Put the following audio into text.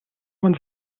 man